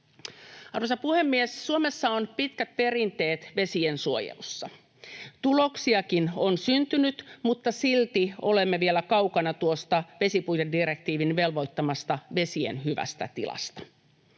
Arvoisa puhemies! Suomessa on pitkät perinteet vesiensuojelussa. Tuloksiakin on syntynyt, mutta silti olemme vielä kaukana tuosta vesipuitedirektiivin velvoittamasta vesien hyvästä tilasta.